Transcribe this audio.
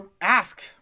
ask